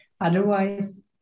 otherwise